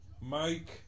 Mike